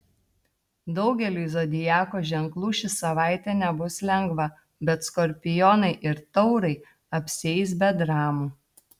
daugeliui zodiako ženklų ši savaitė nebus lengva bet skorpionai ir taurai apsieis be dramų